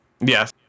Yes